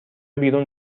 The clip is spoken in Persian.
بیرون